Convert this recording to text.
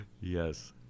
Yes